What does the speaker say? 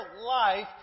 life